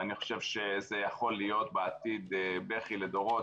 ואני חושב שזה יכול להיות בעתיד בכי לדורות.